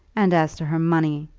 and as to her money!